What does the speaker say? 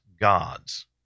gods